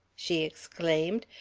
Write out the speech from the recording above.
she exclaimed.